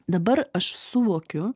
dabar aš suvokiu